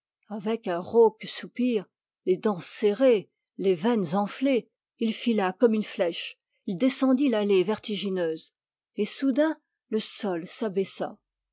avec un rauque soupir les dents serrées il fila comme une flèche il descendit l'allée vertigineuse et soudain le sol s'abaissa